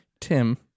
Tim